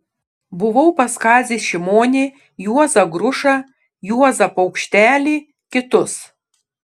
buvau pas kazį šimonį juozą grušą juozą paukštelį kitus